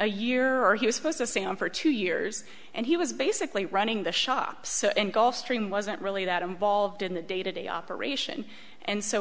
a year or he was supposed to stay on for two years and he was basically running the shop so in gulfstream wasn't really that involved in the day to day operation and so